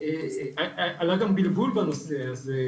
עלה גם בלבול בנושא הזה,